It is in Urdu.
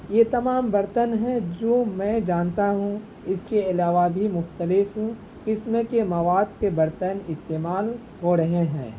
یہ تمام برتن ہیں جو میں جانتا ہوں اس کے علاوہ بھی مختلف قسم کے مواد کے برتن استعمال ہو رہے ہیں